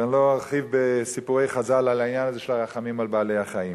ואני לא ארחיב בסיפורי חז"ל על העניין הזה של רחמים על בעלי-חיים.